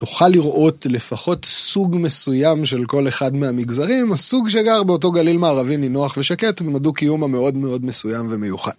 תוכל לראות לפחות סוג מסוים של כל אחד מהמגזרים, הסוג שגר באותו גליל מערבי נינוח ושקט, עם הדו קיום המאוד מאוד מסוים ומיוחד.